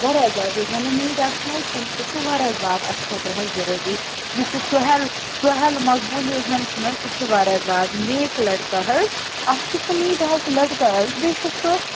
واریاہ زیادٕ یُس زَنہٕ میٖڈیا چھُنہٕ حظ تٔمۍ سُہ چھُ واریاہ زیادٕ اَسہِ خٲطرٕ حظ ضٔروٗری یُس یہِ سُہیل سُہیل مقبوٗل یُس زَن چھُنہ سُہ چھِ واریاہ زیادٕ نیک لٔڑکہٕ حظ اکھ چھُ سُہ میٖڈیاہُک لٔڑکہٕ حظ بیٚیہِ چھُ سُہ